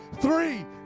Three